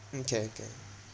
okay okay